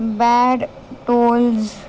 bad Tölz